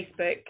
Facebook